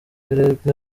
karega